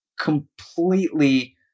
completely